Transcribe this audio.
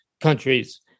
countries